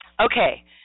Okay